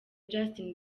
justin